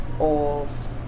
oils